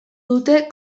dute